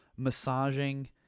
massaging